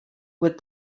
with